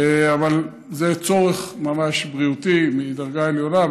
אבל זה צורך בריאותי ממש מדרגה עליונה,